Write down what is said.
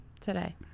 today